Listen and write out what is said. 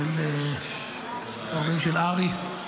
ההורים של ארי.